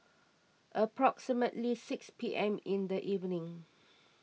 approximately six P M in the evening